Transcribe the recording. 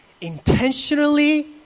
Intentionally